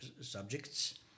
subjects